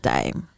Time